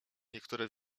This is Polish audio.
niektóre